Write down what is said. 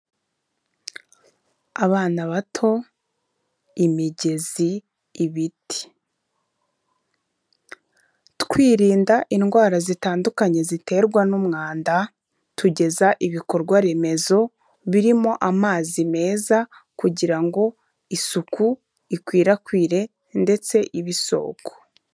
Abana bato, imigezi, ibiti, twirinda indwara zitandukanye ziterwa n'umwanda tugeza ibikorwaremezo birimo amazi meza kugira ngo isuku ikwirakwire ndetse ibe isoko.